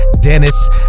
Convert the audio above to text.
Dennis